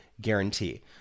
guarantee